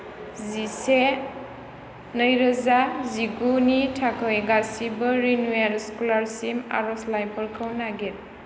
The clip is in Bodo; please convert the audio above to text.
जिसे नैरोजा जिगुनि थाखै गासिबो रिनिउवेल स्क्लारसिप आर'जलायफोरखौ नागिर